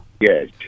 Yes